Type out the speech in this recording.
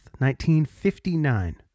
1959